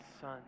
Son